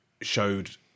showed